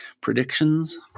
predictions